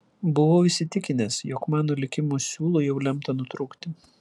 buvau įsitikinęs jog mano likimo siūlui jau lemta nutrūkti